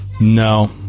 No